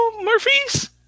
Murphy's